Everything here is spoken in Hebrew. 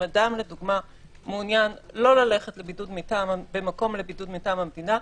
אם אדם מעוניין לא ללכת לבידוד במקום מטעם המדינה,